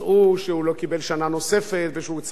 ושהוצע לו תפקיד והוא דחה ודחה אותו,